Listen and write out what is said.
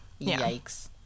Yikes